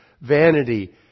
vanity